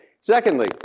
Secondly